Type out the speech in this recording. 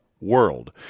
world